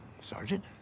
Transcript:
Sergeant